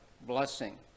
blessing